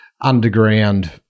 underground